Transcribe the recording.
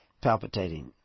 palpitating